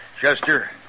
Chester